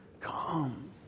come